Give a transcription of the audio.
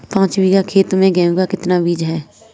पाँच बीघा खेत में गेहूँ का कितना बीज डालें?